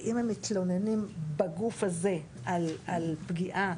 ואם הם מתלוננים בגוף הזה על פגיעה